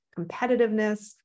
competitiveness